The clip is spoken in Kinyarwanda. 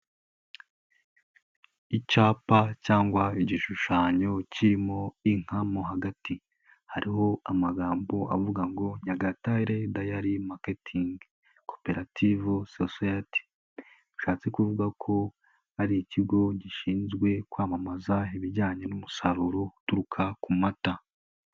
Icyapa cyangwa igishushanyo kirimo inka mo hagati. Hariho amagambo avuga ngo Nyagatare dayari maketingi koperative sosayati, bishatse kuvuga ko ari ikigo gishinzwe kwamamaza ibijyanye n'umusaruro uturuka ku mata.